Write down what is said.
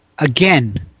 Again